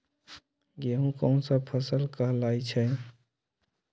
गेहूँ कोन सा फसल कहलाई छई?